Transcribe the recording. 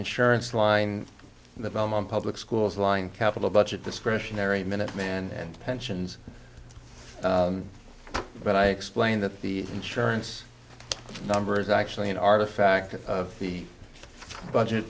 insurance line the belmont public schools line capital budget discretionary minuteman and pensions but i explained that the insurance number is actually an artifact of the budget